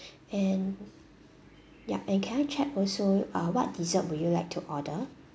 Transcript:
and yup and can I check also uh what dessert would you like to order